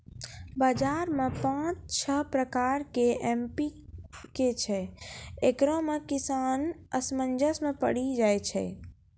बाजार मे पाँच छह प्रकार के एम.पी.के छैय, इकरो मे किसान असमंजस मे पड़ी जाय छैय?